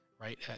right